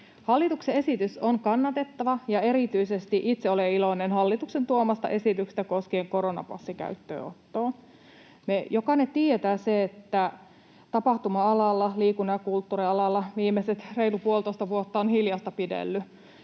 Hallituksen esitys on kannatettava, ja itse olen iloinen erityisesti hallituksen tuomasta esityksestä koskien koronapassin käyttöönottoa. Me jokainen tiedetään se, että tapahtuma-alalla, liikunnan ja kulttuurin alalla viimeiset reilut puolitoista vuotta on hiljaista pidellyt.